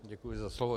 Děkuji za slovo.